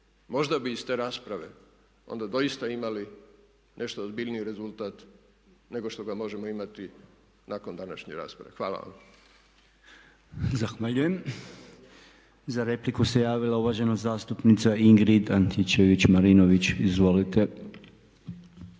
Možda bi iz te rasprave onda doista imali nešto ozbiljniji rezultat nego što ga možemo imati nakon današnje rasprave. Hvala vam. **Podolnjak, Robert (MOST)** Zahvaljujem. Za repliku se javila uvažena zastupnica Ingrid Antičević-Marinović. Izvolite.